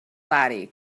laddie